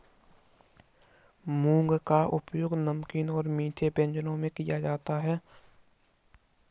मूंग का उपयोग नमकीन और मीठे व्यंजनों में किया जाता है